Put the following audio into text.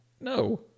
No